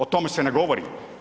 O tome se ne govori.